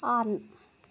on